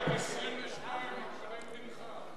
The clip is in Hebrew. (הישיבה נפסקה בשעה 12:57 ונתחדשה בשעה 13:28.)